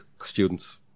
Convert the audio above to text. students